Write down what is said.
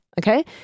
Okay